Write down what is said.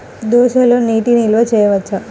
దోసలో నీటి నిల్వ చేయవచ్చా?